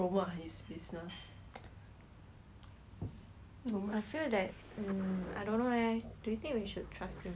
I feel that I don't know eh do you think we should trust him